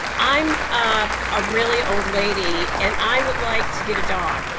i'm a really old lady and i would like to get a dog.